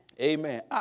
Amen